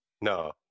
No